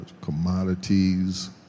commodities